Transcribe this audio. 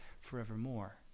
forevermore